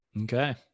Okay